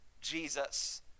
Jesus